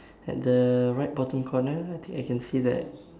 at the right bottom corner I think I can see that